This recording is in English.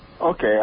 Okay